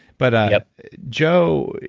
but joe,